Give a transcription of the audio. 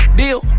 deal